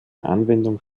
anwendung